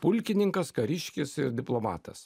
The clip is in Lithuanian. pulkininkas kariškis ir diplomatas